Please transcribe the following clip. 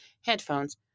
headphones